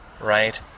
right